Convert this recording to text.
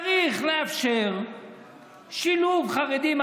צריך לאפשר שילוב חרדים.